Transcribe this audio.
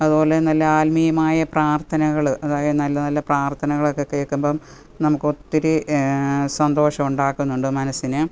അതുപോലെ നല്ല ആത്മീയമായ പ്രാർത്ഥനകൾ അതായത് നല്ല നല്ല പ്രാർത്ഥനകളൊക്കെ കേൾക്കുമ്പം നമുക്കൊത്തിരി സന്തോഷമുണ്ടാക്കുന്നുണ്ട് മനസ്സിന്